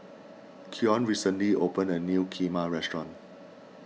Keon recently opened a new Kheema restaurant